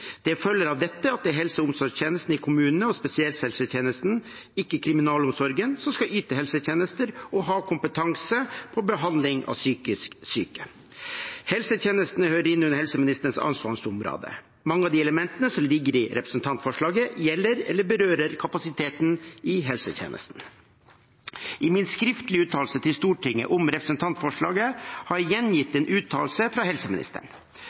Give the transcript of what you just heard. Det følger av dette at det er helse- og omsorgstjenestene i kommunene og spesialisthelsetjenesten, ikke kriminalomsorgen, som skal yte helsetjenester og ha kompetanse på behandling av psykisk syke. Helsetjenestene hører inn under helseministerens ansvarsområde. Mange av de elementene som ligger i representantforslaget, gjelder eller berører kapasiteten i helsetjenestene. I min skriftlige uttalelse til Stortinget om representantforslaget har jeg gjengitt en uttalelse fra helseministeren.